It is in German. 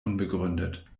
unbegründet